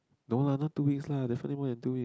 no lah not two weeks lah definitely more than two week